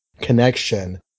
connection